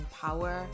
power